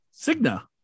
Cigna